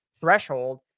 threshold